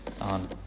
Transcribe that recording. on